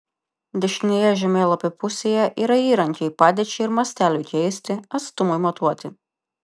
dešinėje žemėlapio pusėje yra įrankiai padėčiai ir masteliui keisti atstumui matuoti